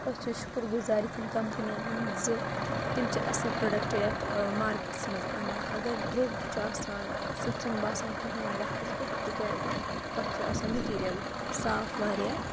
أسۍ چھِ شُکُر گُزار یتھٮ۪ن کَمپٔنٮ۪ن ہُند زِتِم چھِ اَصٕل بروڈکٹ یَتھ مارکیٹس منٛز اَنان اَگر درٛوگ تہِ چھُ آسان سُہ تہِ چھُ نہٕ باسان کِہینۍ وقتَس پٮ۪ٹھ تِکیازِ تَتھ چھُ آسان میٹیٖریَل صاف واریاہ